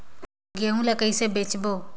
गहूं ला कइसे बेचबो?